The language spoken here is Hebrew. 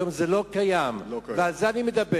היום זה לא קיים, ועל זה אני מדבר.